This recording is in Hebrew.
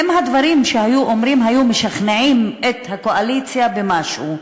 האם הדברים שאמרו היו משכנעים את הקואליציה במשהו,